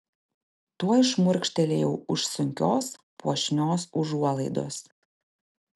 tuoj šmurkštelėjau už sunkios puošnios užuolaidos